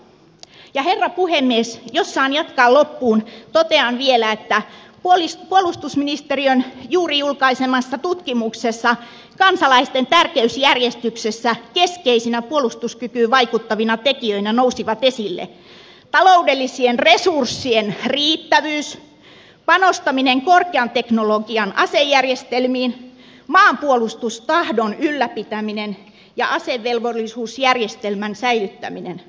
ja herra puhemies jos saan jatkaa loppuun totean vielä että puolustusministeriön juuri julkaisemassa tutkimuksessa kansalaisten tärkeysjärjestyksessä keskeisinä puolustuskykyyn vaikuttavina tekijöinä nousivat esille taloudellisien resurssien riittävyys panostaminen korkean teknologian asejärjestelmiin maanpuolustustahdon ylläpitäminen ja asevelvollisuusjärjestelmän säi lyttäminen